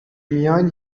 میان